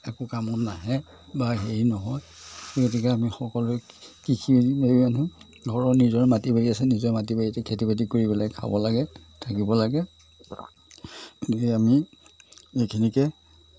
একো কামত নাহে বা হেৰি নহয় গতিকে আমি সকলোৱে কৃষি মানুহ ঘৰৰ নিজৰ মাটি বাৰী আছে নিজৰ মাটি বাৰীতে খেতি বাতি কৰি পেলাই খাব লাগে থাকিব লাগে গতিকে আমি এইখিনিকে